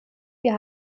wir